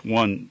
one